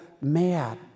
mad